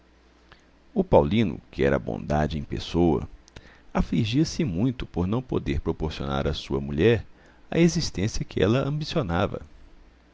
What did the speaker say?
o paulino que era a bondade em pessoa afligia-se muito por não poder proporcionar à sua mulher a existência que ela ambicionava